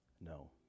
no